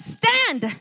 stand